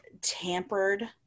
tampered